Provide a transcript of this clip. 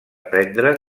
prendre